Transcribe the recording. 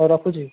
ହଉ ରଖୁଛି